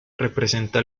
representa